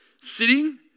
sitting